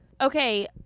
Okay